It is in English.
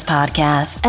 Podcast